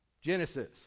Genesis